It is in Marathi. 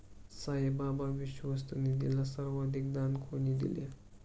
साईबाबा विश्वस्त निधीला सर्वाधिक दान कोणी दिले?